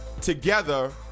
Together